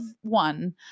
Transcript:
one